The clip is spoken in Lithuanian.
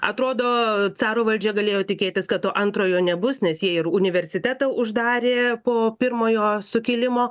atrodo caro valdžia galėjo tikėtis kad to antrojo nebus nes jie ir universitetą uždarė po pirmojo sukilimo